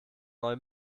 neue